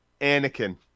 Anakin